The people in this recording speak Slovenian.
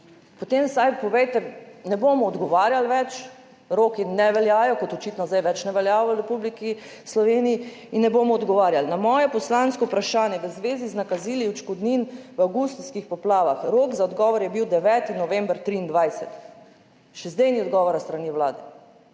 Potem vsaj povejte, ne bomo odgovarjali več, roki ne veljajo, kot očitno zdaj več ne velja v Republiki Sloveniji, in ne bomo odgovarjali. Na moje poslansko vprašanje v zvezi z nakazili odškodnin v avgustovskih poplavah, rok za odgovor je bil 9. november 2023, še zdaj ni odgovora s strani Vlade.